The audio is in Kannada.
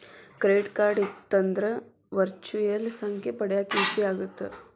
ಕ್ರೆಡಿಟ್ ಕಾರ್ಡ್ ಇತ್ತಂದ್ರ ವರ್ಚುಯಲ್ ಸಂಖ್ಯೆ ಪಡ್ಯಾಕ ಈಜಿ ಆಗತ್ತ?